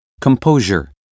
composure